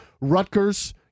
Rutgers